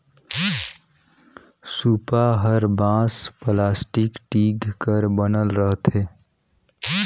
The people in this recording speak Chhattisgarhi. सूपा हर बांस, पलास्टिक, टीग कर बनल रहथे